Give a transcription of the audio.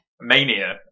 mania